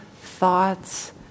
thoughts